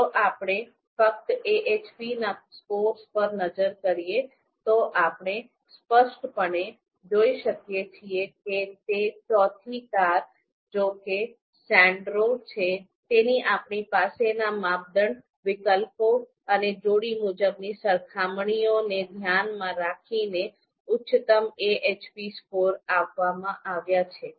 જો આપણે ફક્ત AHPના સ્કોર્સ પર નજર કરીએ તો આપણે સ્પષ્ટપણે જોઈ શકીએ છીએ કે તે ચોથી કાર જો કે સેન્ડેરો છે તેણે આપણી પાસેના માપદંડ વિકલ્પો અને જોડી મુજબની સરખામણીઓને ધ્યાનમાં રાખીને ઉચ્ચતમ AHP સ્કોર્સ આપવામાં આવ્યા છે